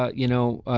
ah you know,